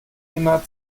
immer